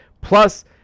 Plus